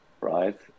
right